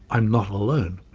i'm not alone.